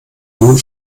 nun